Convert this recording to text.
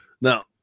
Now